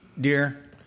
dear